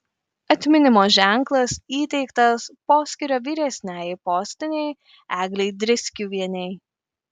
atminimo ženklas įteiktas poskyrio vyresniajai postinei eglei driskiuvienei